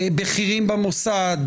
בכירים במוסד,